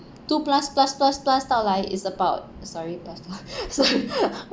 two plus plus plus plus 到来 it's about sorry plus